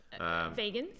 vegans